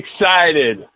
excited